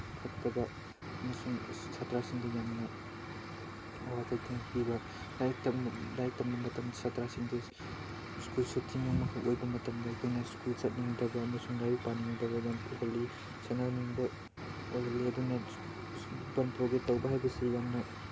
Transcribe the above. ꯐꯠꯇꯕ ꯑꯃꯁꯨꯡ ꯁꯥꯇ꯭ꯔꯁꯤꯡꯗ ꯌꯥꯝꯅ ꯑꯋꯥ ꯆꯩꯊꯦꯡ ꯄꯤꯕ ꯂꯥꯏꯔꯤꯛ ꯂꯥꯏꯔꯤꯛ ꯇꯝꯕ ꯃꯇꯝꯗ ꯁꯥꯇ꯭ꯔꯁꯤꯡꯗ ꯁ꯭ꯀꯨꯜ ꯁꯨꯇꯤ ꯅꯣꯡꯃꯈꯛ ꯑꯣꯏꯕ ꯃꯇꯝꯗ ꯑꯩꯈꯣꯏꯅ ꯁ꯭ꯀꯨꯜ ꯆꯠꯅꯤꯡꯗꯕ ꯑꯃꯁꯨꯡ ꯂꯥꯏꯔꯤꯛ ꯄꯥꯅꯤꯡꯗꯕ ꯌꯥꯝ ꯄꯣꯛꯀꯜꯂꯤ ꯁꯥꯟꯅꯅꯤꯡꯕ ꯑꯣꯏꯍꯜꯂꯤ ꯑꯗꯨꯅ ꯕꯟ ꯕ꯭ꯂꯣꯀꯦꯠ ꯇꯧꯕ ꯍꯥꯏꯕꯁꯤ ꯌꯥꯝꯅ